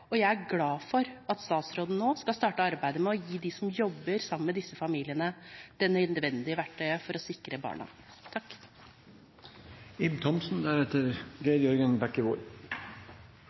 Jeg er glad for at statsråden nå skal starte arbeidet med å gi dem som jobber sammen med disse familiene, det nødvendige verktøyet for å sikre barna.